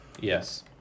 Yes